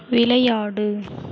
விளையாடு